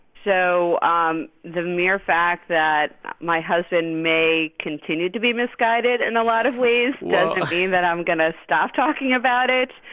so um the mere fact that my husband may continue to be misguided in a lot of ways yeah that i'm going to stop talking about it.